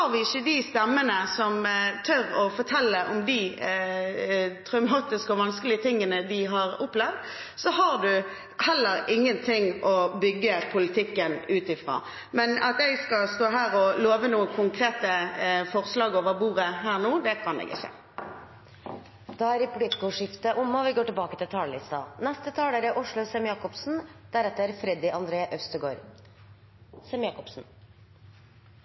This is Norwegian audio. har vi ikke de stemmene som tør å fortelle om de traumatiske og vanskelige tingene som de har opplevd, har man heller ingen ting å bygge politikken ut fra. Men å stå her og love noen konkrete forslag over bordet nå kan jeg ikke. Replikkordskiftet er over. Senterpartiet har ambisjoner om gode tjenester nær folk i hele landet – ikke minst for barn og familier. Senterpartiet ønsker en familiepolitikk som skal gi foreldre tid, rom og mulighet til